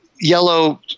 yellow